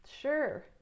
sure